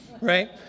Right